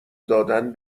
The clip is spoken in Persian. دادن